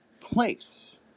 place